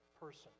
person